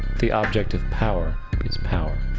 the object of power is power.